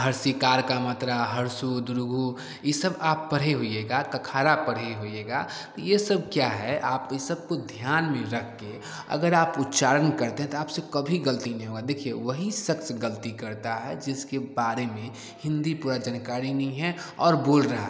हर सिकार का मात्रा हर से उदरूह यह सब आप पढ़ होइएगा कखहरा पढ़े होइएगा तो यह सब क्या है आप यह सबको ध्यान में रख के अगर आप उच्चारण करते हैं तो आपसे कभी ग़लती नहीं होगी देखिए वही शकस ग़लती करता है जिसके बारे में हिन्दी पूरी जानकारी नहीं है और बोल रहा है